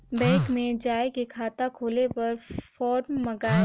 Bank मे जाय के खाता खोले बर फारम मंगाय?